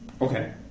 Okay